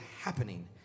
happening